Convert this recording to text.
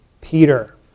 Peter